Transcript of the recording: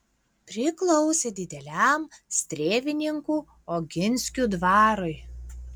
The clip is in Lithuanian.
priklausė dideliam strėvininkų oginskių dvarui